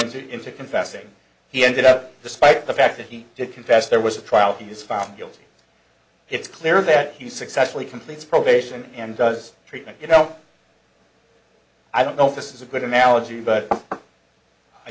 into into confessing he ended up despite the fact that he did confess there was a trial he was found guilty it's clear that he successfully completes probation and does treatment you know i don't know if this is a good analogy but i